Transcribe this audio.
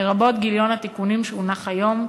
לרבות גיליון התיקונים שהונח היום,